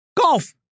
Golf